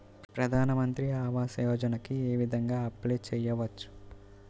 ప్రధాన మంత్రి ఆవాసయోజనకి ఏ విధంగా అప్లే చెయ్యవచ్చు?